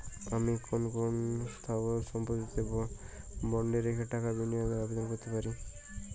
আমি কোন কোন স্থাবর সম্পত্তিকে বন্ডে রেখে টাকা বিনিয়োগের আবেদন করতে পারি?